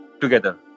together